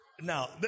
Now